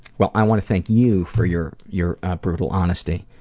well i want to thank you for your your brutal honesty.